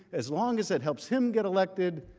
as long as it helps him get elected,